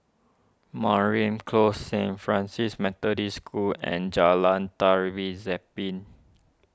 Mariam Close Saint Francis Methodist School and Jalan Tari Zapin